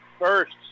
First